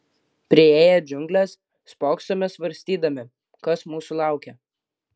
priėję džiungles spoksome svarstydami kas mūsų laukia